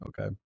okay